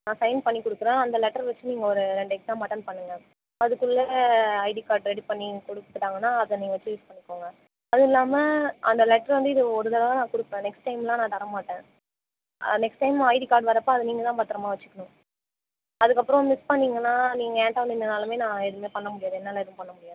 நான் சைன் பண்ணி கொடுக்குறேன் அந்த லெட்ரு வச்சு நீங்கள் ஒரு ரெண்டு எக்ஸாம் அட்டன் பண்ணுங்கள் அதுக்குள்ளே ஐடி கார்ட் ரெடி பண்ணி கொடுத்துட்டாங்கனா அதை நீங்கள் வச்சு யூஸ் பண்ணிக்கோங்க அதுவும் இல்லாமல் அந்த லெட்ரு வந்து இந்த ஒரு தடவை தான் நான் கொடுப்பேன் நெக்ஸ்ட் டைமெலாம் நான் தரமாட்டேன் நெக்ஸ்ட் டைம் ஐடி கார்ட் வரப்போ அதை நீங்கள் தான் பத்திரமா வச்சுக்கணும் அதுக்கப்புறம் மிஸ் பண்ணிங்கனால் நீங்கள் என்கிட்ட வந்து நின்றாலுமே நான் எதுவுமே பண்ண முடியாது என்னால் எதுவும் பண்ண முடியாது